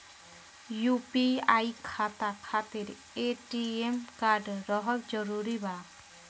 UPI खाता खातिर ATM card रहल जरूरी बा?